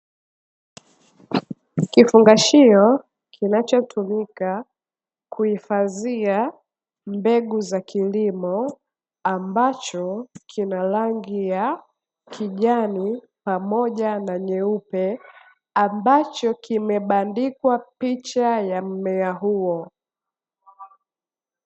Kifungashio kinahotumika kuhifandhia mbegu za kilimo, ambacho kina rangi ya kijani pamoja na nyeupe, ambacho kimebandikwa picha ya mmea huo.